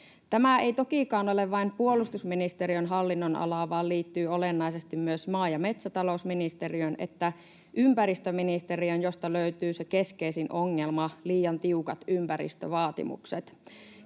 Tämä ei tokikaan ole vain puolustusministeriön hallinnonalaa vaan liittyy olennaisesti myös maa‑ ja metsätalousministeriöön sekä ympäristöministeriöön, josta löytyy se keskeisin ongelma: liian tiukat ympäristövaatimukset.